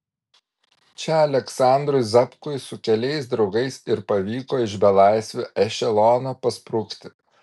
čia aleksandrui zapkui su keliais draugais ir pavyko iš belaisvių ešelono pasprukti